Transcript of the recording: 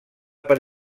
per